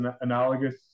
analogous